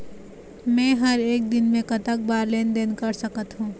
मे हर एक दिन मे कतक बार लेन देन कर सकत हों?